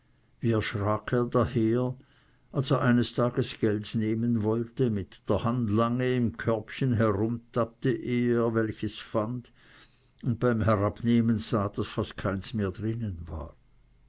daher als er eines tages geld nehmen wollte mit der hand lange im körbchen herumtappte ehe er welches fand und beim herabnehmen sah daß fast keins mehr darinnen war